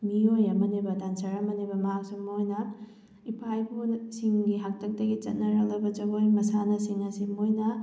ꯃꯤꯑꯣꯏ ꯑꯃꯅꯦꯕ ꯗꯥꯟꯗꯔ ꯑꯃꯅꯦꯕ ꯃꯍꯥꯛꯁꯨ ꯃꯣꯏꯅ ꯏꯄꯥ ꯏꯄꯨꯁꯤꯡꯒꯤ ꯍꯥꯛꯇꯛꯇꯒꯤ ꯆꯠꯅꯔꯛꯂꯕ ꯖꯒꯣꯏ ꯃꯁꯥꯟꯅꯁꯤꯡ ꯑꯁꯤ ꯃꯣꯏꯅ